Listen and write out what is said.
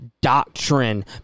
doctrine